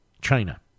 China